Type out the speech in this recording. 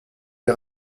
les